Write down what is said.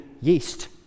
yeast